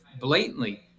blatantly